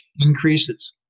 increases